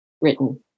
written